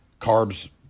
carbs